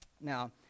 Now